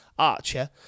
Archer